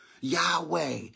Yahweh